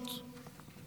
פשוט